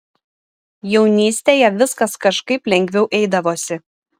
jaunystėje viskas kažkaip lengviau eidavosi